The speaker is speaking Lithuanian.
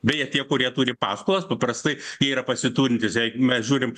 beje tie kurie turi paskolas paprastai yra pasiturintys jeigu mes žiūrim